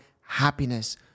happiness